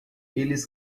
eles